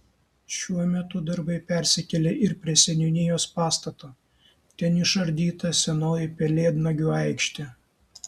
šiuo metu darbai persikėlė ir prie seniūnijos pastato ten išardyta senoji pelėdnagių aikštė